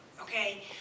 okay